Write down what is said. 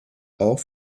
auch